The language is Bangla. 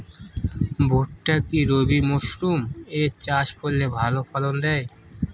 ভুট্টা কি রবি মরসুম এ চাষ করলে ভালো ফলন দেয়?